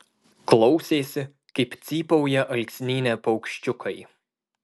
klausėsi kaip cypauja alksnyne paukščiukai